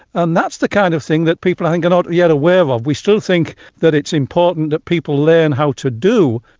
and that's the kind of thing that people i think are not yet aware of. we still think that it's important that people learn how to do.